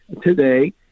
today